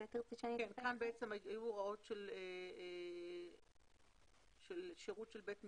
כאן היו הוראות של שירות של בית משפט.